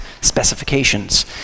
specifications